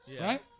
right